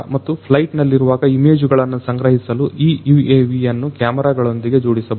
ಮತ್ತು ಫ್ಲೈಟ್ ನಲ್ಲಿರುವಾಗ ಇಮೇಜುಗಳನ್ನು ಸಂಗ್ರಹಿಸಲು ಈ UAV ಯನ್ನು ಕ್ಯಾಮೆರಾ ಗಳೊಂದಿಗೆ ಜೋಡಿಸಬಹುದು